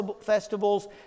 festivals